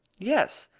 yes.